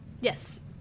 Yes